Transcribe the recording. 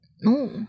No